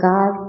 God